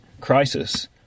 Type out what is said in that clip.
crisis